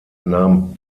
nahm